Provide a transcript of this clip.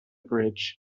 bridge